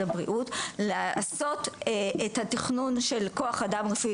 הבריאות לעשות את התכנון של כוח אדם רפואי,